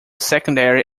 secondary